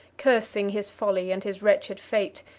cursing his folly and his wretched fate,